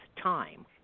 time